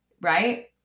right